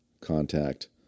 contact